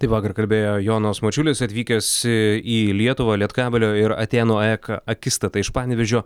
taip vakar kalbėjo jonas mačiulis atvykęs į lietuvą lietkabelio ir atėnų aek akistata iš panevėžio